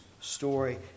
story